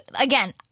Again